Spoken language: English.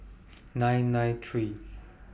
nine nine three